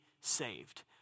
saved